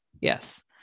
Yes